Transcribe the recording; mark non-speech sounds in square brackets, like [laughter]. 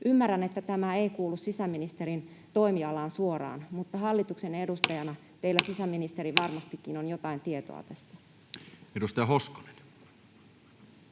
Ymmärrän, että tämä ei kuulu sisäministerin toimialaan suoraan, mutta hallituksen edustajana [noise] teillä, sisäministeri, varmastikin on jotain tietoa tästä. [Speech